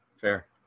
fair